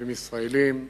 תושבים ישראלים,